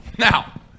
Now